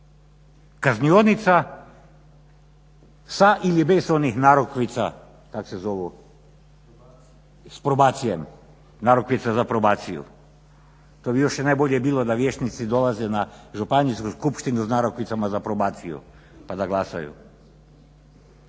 Kaznionica sa ili bez onih narukvica kak se zovu s probacijom, narukvice za probaciju. To bi još najbolje bilo da vijećnici dolaze na Županijsku skupštinu s narukvicama za probaciju pa da glasaju.